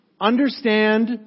understand